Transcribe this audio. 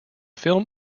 film